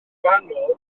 gwahanol